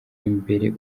imbere